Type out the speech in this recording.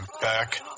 back